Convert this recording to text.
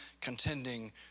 contending